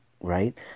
right